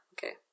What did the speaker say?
Okay